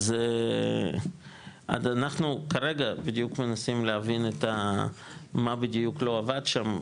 אז אנחנו כרגע בדיוק מנסים להבין מה בדיוק לא עבד שם,